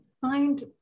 find